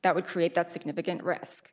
that would create that significant risk